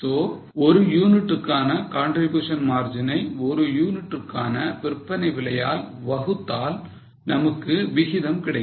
So ஒரு யூனிட்டுக்கான contribution margin ஐ ஒரு யூனிட்டுக்கான விற்பனை விலையால் வகுத்தால் நமக்கு சதவிகிதம் கிடைக்கும்